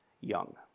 young